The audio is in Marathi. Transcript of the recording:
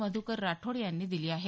मध्रकर राठोड यांनी दिली आहे